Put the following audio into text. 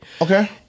okay